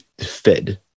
Fed